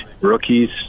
rookies